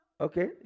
Okay